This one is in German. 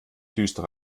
düstere